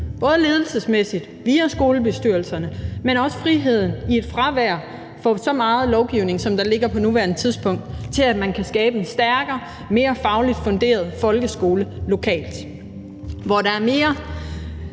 både ledelsesmæssigt og via skolebestyrelserne, men også i form af et fravær af så meget lovgivning, som der ligger på nuværende tidspunkt, til, at man kan skabe en stærkere, mere fagligt funderet folkeskole lokalt, hvor der er mere